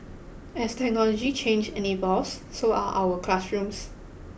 as technology change and evolves so are our classrooms